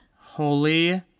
Holy